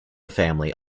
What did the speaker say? family